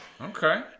Okay